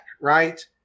right